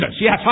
Yes